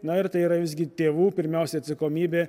na ir tai yra visgi tėvų pirmiausia atsakomybė